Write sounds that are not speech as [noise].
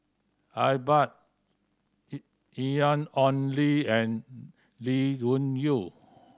Iqbal [unintelligible] Ian Ong Li and Lee Wung Yew